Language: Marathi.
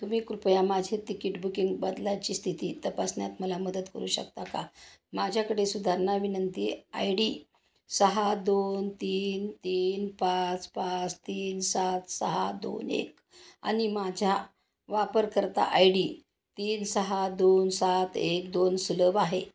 तुम्ही कृपया माझे तिकिट बुकिंग बदलाची स्थिती तपासण्यात मला मदत करू शकता का माझ्याकडे सुधारणा विनंती आय डी सहा दोन तीन तीन पाच पाच तीन सात सहा दोन एक आणि माझ्या वापरकर्ता आय डी तीन सहा दोन सात एक दोन सुलभ आहे